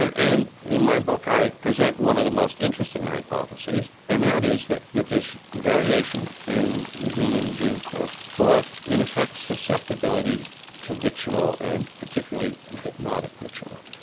and in my book i present one of the most interesting hypotheses and that is that that there's variation in the human gene pool for, in effect, susceptibility to ritual and particularly the hypnotic ritual.